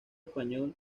español